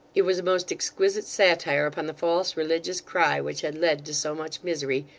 it was a most exquisite satire upon the false religious cry which had led to so much misery,